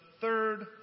third